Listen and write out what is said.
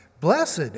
blessed